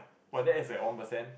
but that is like one percent